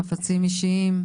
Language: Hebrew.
חפצים אישיים.